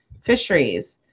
fisheries